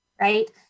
right